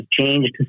changed